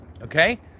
okay